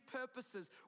purposes